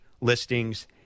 listings